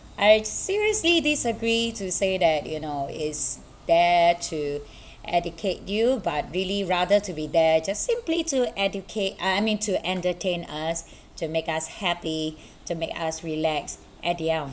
I seriously disagree to say that you know it's there to educate you but really rather to be there just simply to educate uh I mean to entertain us to make us happy to make us relaxed at the end of